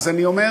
אז אני אומר